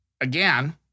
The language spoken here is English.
again